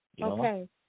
Okay